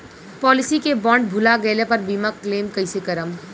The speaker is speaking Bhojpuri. पॉलिसी के बॉन्ड भुला गैला पर बीमा क्लेम कईसे करम?